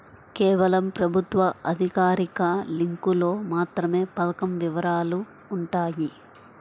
కేవలం ప్రభుత్వ అధికారిక లింకులో మాత్రమే పథకం వివరాలు వుంటయ్యి